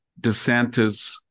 DeSantis